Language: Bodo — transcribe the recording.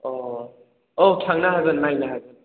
अ औ थांनो हागोन नायनो हागोन